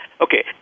okay